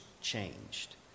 changed